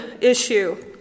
issue